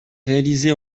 réalisée